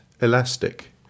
elastic